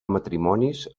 matrimonis